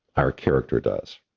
our character does.